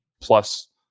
plus